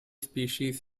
species